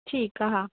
ठीकु आहे हा